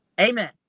amen